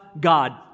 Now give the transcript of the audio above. God